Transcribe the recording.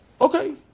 Okay